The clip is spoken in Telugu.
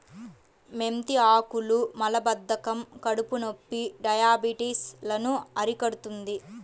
మెంతి ఆకులు మలబద్ధకం, కడుపునొప్పి, డయాబెటిస్ లను అరికడుతుంది